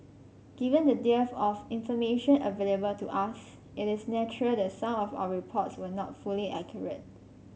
given the dearth of information available to us it is natural that some of our reports were not fully accurate